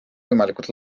võimalikult